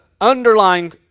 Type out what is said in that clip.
underlying